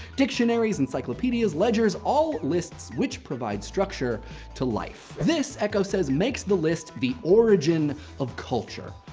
dictionaries, encyclopedias, ledgers. all lists which provide structure to life. this, eco says, makes the list the origin of culture.